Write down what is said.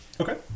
Okay